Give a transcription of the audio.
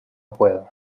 puedo